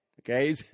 Okay